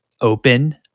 open